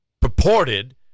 purported